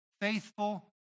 faithful